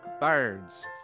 birds